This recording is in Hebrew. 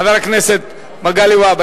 חבר הכנסת מגלי והבה,